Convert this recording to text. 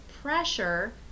pressure